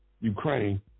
Ukraine